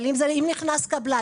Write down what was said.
אבל אם נכנס קבלן,